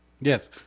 Yes